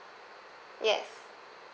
yes